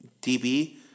DB